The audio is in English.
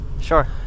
Sure